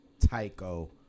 Tyco